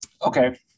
Okay